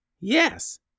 Yes